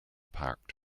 parked